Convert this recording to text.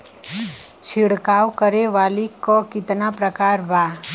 छिड़काव करे वाली क कितना प्रकार बा?